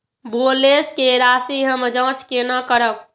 Balance के राशि हम जाँच केना करब?